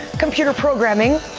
computer programing,